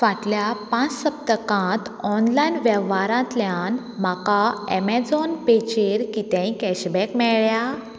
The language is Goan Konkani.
फाटल्या पांच सप्तकात ऑनलायन वेव्हारातल्यान म्हाका एमॅजॉन पेचेर कितेंय कॅशबॅक मेळ्या